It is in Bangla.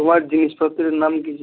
তোমার জিনিসপত্রের নাম কী ছিলো